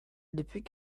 depuis